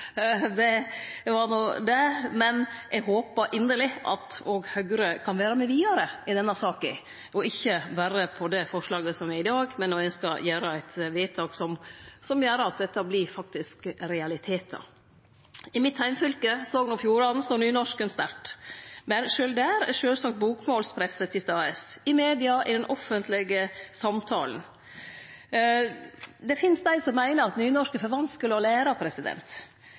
Det var no det, men eg håpar inderleg at òg Høgre kan vere med vidare i denne saka, og ikkje berre når det gjeld dette forslaget i dag, men òg når ein skal gjere vedtak som gjer at dette faktisk blir realitetar. I mitt heimfylke, Sogn og Fjordane, står nynorsken sterkt. Men sjølv der er sjølvsagt bokmålspresset til stades – i media og i den offentlege samtalen. Det finst dei som meiner at nynorsk er for vanskeleg å